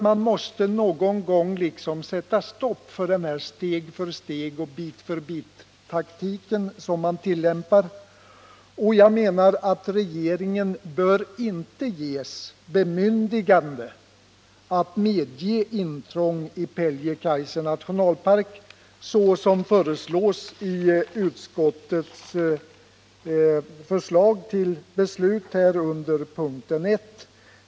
Man måste nog någon gång sätta stopp för den här steg-för-stegoch bit-för-bit-taktiken. Enligt min mening bör regeringen inte ges bemyndigande att medge intrång i Pieljekaise nationalpark, vilket utskottet föreslår under punkten 1 i sin hemställan.